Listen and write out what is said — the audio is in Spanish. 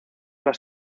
las